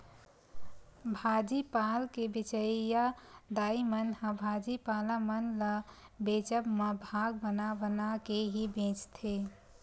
भाजी पाल के बेंचइया दाई मन ह भाजी पाला मन ल बेंचब म भाग बना बना के ही बेंचथे